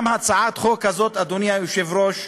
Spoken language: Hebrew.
הצעת החוק הזאת, אדוני היושב-ראש,